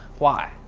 why?